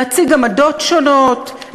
להציג עמדות שונות,